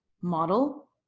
model